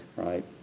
right.